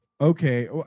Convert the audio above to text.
okay